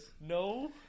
No